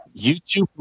YouTube